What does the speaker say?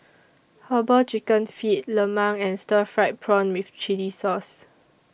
Herbal Chicken Feet Lemang and Stir Fried Prawn with Chili Sauce